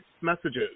messages